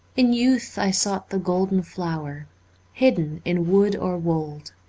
in youth i sought the golden flower hidden in wood or wold.